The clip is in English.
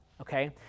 Okay